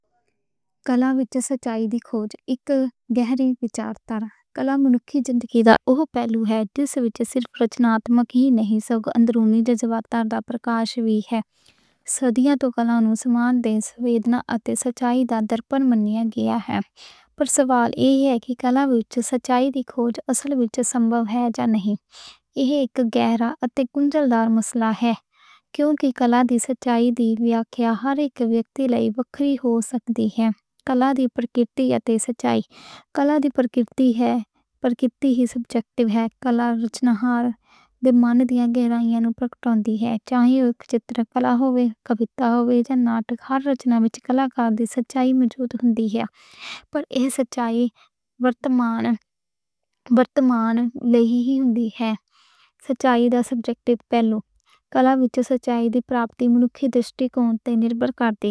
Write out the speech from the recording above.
کلا وچ سچائی لبھنا اک گہرا ویچار ہے، جیہڑا کلا من نوں جنجھوڑدا اوہ پہلو ہے۔ اس وچ صرف پرشناتمک ہی نہیں، سگوں اندرونی جذبات دا پرکاش بھی ہے۔ صدیاں توں کلا نوں سمجھدے آ رہے ہاں، کلا وچ سچائی لبھنا اصل وچ سنجیدہ گل ہے۔ جا نہیں، اک گہرا اتے کنجلدار مسئلہ ہے۔ کیونکہ کلا دی سچائی دی ویاکھیا ہر وِکتی لئی وکھری ہو سکدی ہے۔ کلا دی پرگٹتا اتے سچائی، کلا دی پرکرتی دے مطابق ہوندی ہے، پر اوہ سبجیکٹیو ہے۔ کلا رچنہار دے من دی گہرائی وچ پرگٹ ہوندی ہے۔ چاہے ایہ چترکلا ہووے یا ناٹک، ہر وچ کلاکار دی سچائی مضبوط ہوندی ہے۔ پر ایہ سچائی ورتمان ورتمان لئی ہی ہوندی ہے۔ سچائی دا سبجیکٹیو پہلو، سچائی نوں درستگی کنٹیکسٹ تے نربھر کردی ہے۔